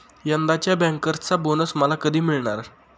यंदाच्या बँकर्सचा बोनस मला कधी मिळणार?